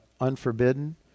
unforbidden